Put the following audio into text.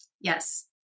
Yes